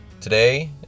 Today